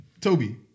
Toby